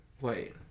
Wait